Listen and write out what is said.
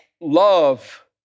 love